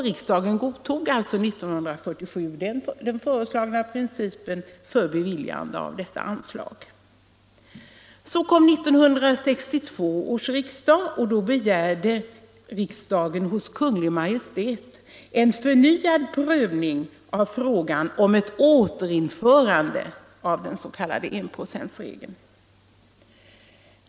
Riksdagen godtog 1947 den föreslagna principen för beviljande av detta anslag. Vid 1962 års riksdag begärde riksdagen hos Kungl. Maj:t en förnyad prövning av frågan om ett återinförande av den s.k. enprocentsregeln.